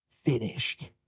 finished